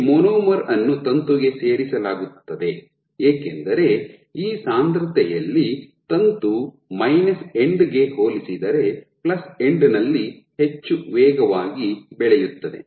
ಈ ಮಾನೋಮರ್ ಅನ್ನು ತಂತುಗೆ ಸೇರಿಸಲಾಗುತ್ತದೆ ಏಕೆಂದರೆ ಈ ಸಾಂದ್ರತೆಯಲ್ಲಿ ತಂತು ಮೈನಸ್ ಎಂಡ್ ಗೆ ಹೋಲಿಸಿದರೆ ಪ್ಲಸ್ ಎಂಡ್ ನಲ್ಲಿ ಹೆಚ್ಚು ವೇಗವಾಗಿ ಬೆಳೆಯುತ್ತದೆ